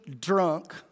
drunk